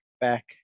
back